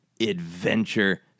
adventure